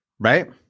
right